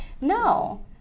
No